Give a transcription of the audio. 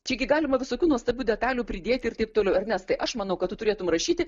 čia gi galima visokių nuostabių detalių pridėti ir taip toliau ernestai aš manau kad tu turėtum rašyti